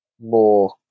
more